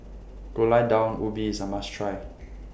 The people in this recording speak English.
Gulai Daun Ubi IS A must Try